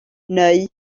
neu